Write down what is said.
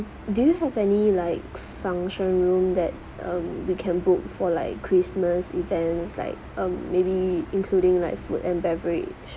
do you have any like function room that um we can book for like christmas events like um maybe including like food and beverage